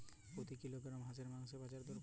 প্রতি কিলোগ্রাম হাঁসের মাংসের বাজার দর কত?